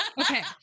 Okay